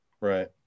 Right